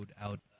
out